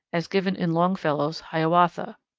as given in longfellow's hiawatha.